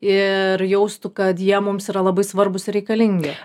ir jaustų kad jie mums yra labai svarbūs ir reikalingi